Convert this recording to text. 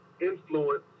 influence